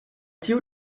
tiu